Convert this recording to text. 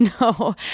No